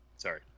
Sorry